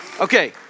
Okay